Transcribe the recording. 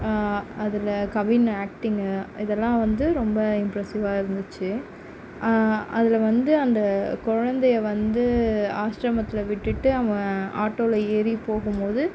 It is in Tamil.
அதில் கவின் ஆக்டிங்கு இதெல்லாம் வந்து ரொம்ப இம்ப்ரெஸ்ஸிவாக இருந்துச்சு அதில் வந்து அந்த குழந்தையை வந்து ஆஸ்ரமத்தில் விட்டுட்டு அவன் ஆட்டோவில் ஏறி போகும்போது